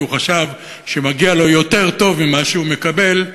כי הוא חשב שמגיע לו יותר טוב ממה שהוא מקבל,